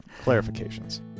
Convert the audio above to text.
clarifications